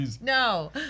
No